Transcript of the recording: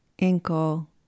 ankle